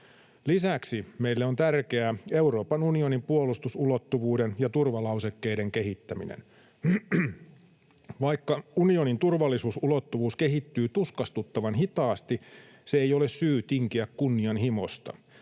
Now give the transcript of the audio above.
Lisäksi meille on tärkeää Euroopan unionin puolustusulottuvuuden ja turvalausekkeiden kehittäminen. Vaikka unionin turvallisuusulottuvuus kehittyy tuskastuttavan hitaasti, se ei ole syy tinkiä kunnianhimosta.